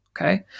Okay